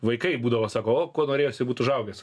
vaikai būdavo sako o kuo norėsi būt užaugęs